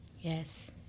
Yes